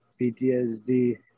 PTSD